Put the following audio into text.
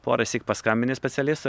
porąsyk paskambini specialistui